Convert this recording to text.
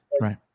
Right